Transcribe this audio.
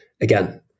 Again